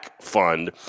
fund